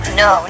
no